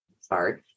sorry